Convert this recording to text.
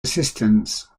assistance